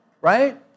right